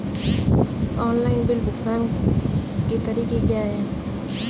Online bill भुगतान के तरीके क्या हैं?